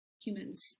humans